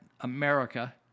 America